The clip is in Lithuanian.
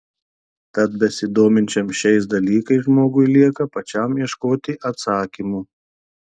tad besidominčiam šiais dalykais žmogui lieka pačiam ieškoti atsakymų